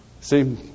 See